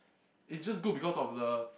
it's just good because of the